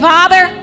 Father